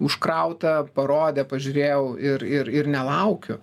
užkrauta parodė pažiūrėjau ir ir ir nelaukiu